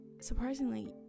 surprisingly